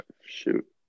shoot